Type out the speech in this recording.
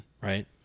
Right